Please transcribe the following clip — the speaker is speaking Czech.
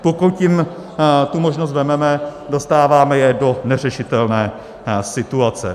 Pokud jim tu možnost vezmeme, dostáváme je do neřešitelné situace.